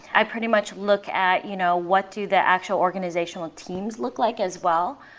i pretty much look at you know what do the actual organizational ah teams look like as well,